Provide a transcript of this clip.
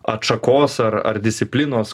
atšakos ar ar disciplinos